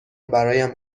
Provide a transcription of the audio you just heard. برایم